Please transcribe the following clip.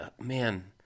man